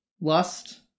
lust